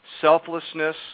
Selflessness